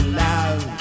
love